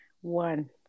One